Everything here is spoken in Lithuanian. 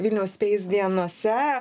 vilniaus space dienose